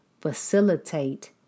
facilitate